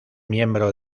miembro